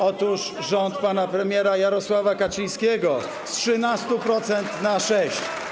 Otóż rząd pana premiera Jarosława Kaczyńskiego, z 13% na 6%.